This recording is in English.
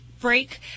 break